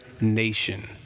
nation